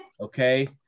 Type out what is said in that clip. okay